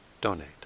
donate